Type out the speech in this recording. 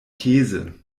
käse